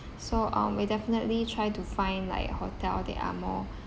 so um we definitely try to find like hotel that are more